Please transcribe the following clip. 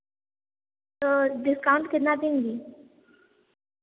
तो डिस्काउंट कितना देंगी